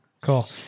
cool